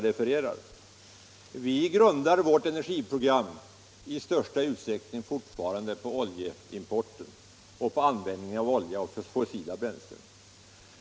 Vi inom centern grundar fortfarande vårt energiprogram i största utsträckning på oljeimporten och på användningen av olja och fossila bränslen.